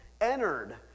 entered